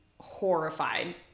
horrified